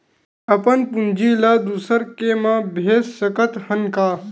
अपन पूंजी ला दुसर के मा भेज सकत हन का?